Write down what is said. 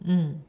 mm